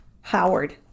Howard